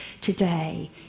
today